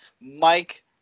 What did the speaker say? Mike